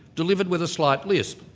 delivered with a slight lisp.